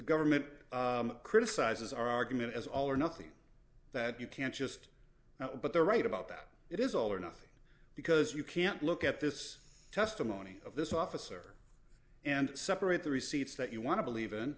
government criticize his argument as all or nothing that you can't just now but they're right about that it is all or nothing because you can't look at this testimony of this officer and separate the receipts that you want to believe in